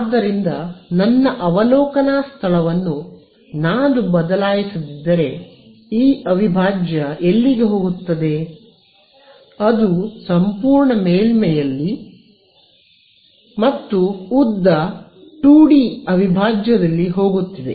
ಆದ್ದರಿಂದ ನನ್ನ ಅವಲೋಕನ ಸ್ಥಳವನ್ನು ನಾನು ಬದಲಾಯಿಸದಿದ್ದರೆ ಈ ಅವಿಭಾಜ್ಯ ಎಲ್ಲಿಗೆ ಹೋಗುತ್ತದೆ ಅದು ಸಂಪೂರ್ಣ ಮೇಲ್ಮೈಯಲ್ಲಿ ಮತ್ತು ಉದ್ದ 2 ಡಿ ಅವಿಭಾಜ್ಯದಲ್ಲಿ ಹೋಗುತ್ತಿದೆ